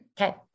Okay